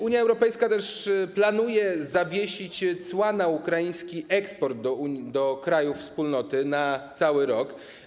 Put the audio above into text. Unia Europejska planuje też zawiesić cła na ukraiński eksport do krajów Wspólnoty na cały rok.